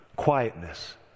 Quietness